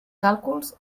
càlculs